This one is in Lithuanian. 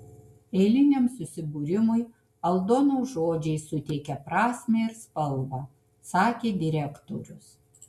eiliniam susibūrimui aldonos žodžiai suteikia prasmę ir spalvą sakė direktorius